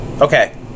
Okay